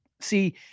see